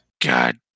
God